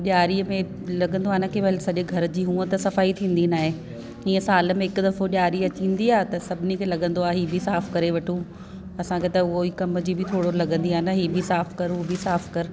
ॾिआरी में लॻंदो आहे न की हल सॼे घर जी हूअं त सफ़ाई थींदियूं न आहिनि ईअं साल में हिकु दफ़ो ॾिआरी थींदी आहे त सभिनी खे लॻंदो आहे हीअ बि साफ़ करे वठू असांखे त कोई कम जी बि थोरो लॻंदी आहे नी हे बि थोड़ो साफ़ कर उहो बि साफ़ कर